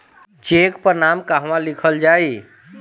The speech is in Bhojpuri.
चेक पर नाम कहवा लिखल जाइ?